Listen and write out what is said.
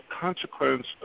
consequence